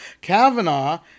Kavanaugh